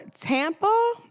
Tampa